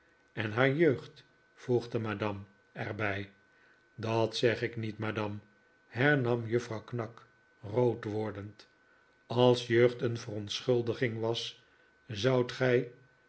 en haar jeugd voegde madame er bij dat zeg ik niet madame hernam juffrouw knag rood wordend als jeugd een verontschuldiging was zoudt gij